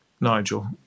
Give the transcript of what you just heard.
Nigel